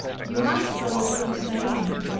you must go to siam,